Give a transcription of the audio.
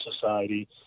society